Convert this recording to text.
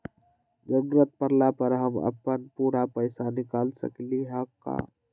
जरूरत परला पर हम अपन पूरा पैसा निकाल सकली ह का?